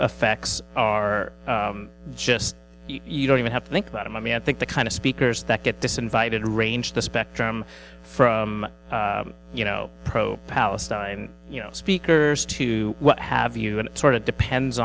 effects are just you don't even have to think about it i mean i think the kind of speakers that get disinvited range the spectrum from you know pro palestine you know speakers to what have you and sort of depends